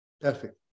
perfect